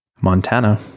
Montana